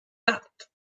that